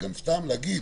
וגם סתם להגיד